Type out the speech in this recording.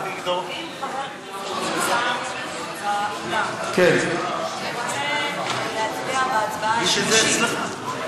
אם חבר כנסת נמצא באולם ורוצה להצביע בהצבעה השלישית.